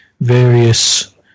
various